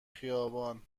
خیابان